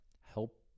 help